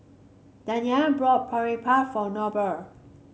Danyelle brought Boribap for Noble